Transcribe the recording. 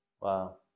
Wow